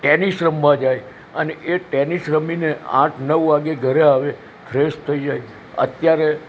tennis રમવા જાય અને એ ટેનિસ રમીને આઠ નવ વાગે ઘરે આવે ફ્રેશ થઈ જાય અત્યારે